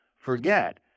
forget